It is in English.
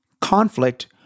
conflict